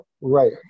Right